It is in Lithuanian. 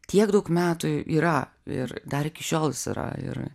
tiek daug metų yra ir dar iki šiol jis yra ir